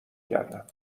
کردم